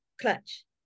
clutch